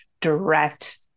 direct